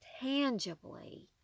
tangibly